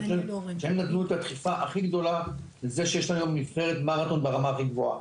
הם נתנו את הדחיפה הכי גדולה לזה שיש היום נבחרת מרתון ברמה הכי גבוהה,